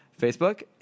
Facebook